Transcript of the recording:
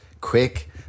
quick